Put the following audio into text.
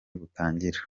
butangira